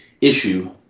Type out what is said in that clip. issue